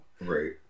Right